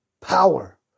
power